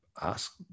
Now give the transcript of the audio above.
ask